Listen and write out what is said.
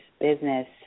business